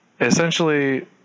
essentially